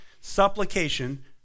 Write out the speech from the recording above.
supplication